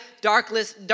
darkness